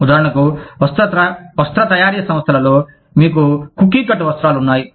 ఉదాహరణకు వస్త్ర తయారీ సంస్థలలో మీకు కుకీ కట్ వస్త్రాలు ఉన్నాయి